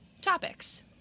topics